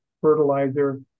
fertilizer